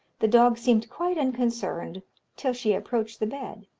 the dog seemed quite unconcerned till she approached the bed,